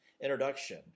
introduction